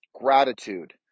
gratitude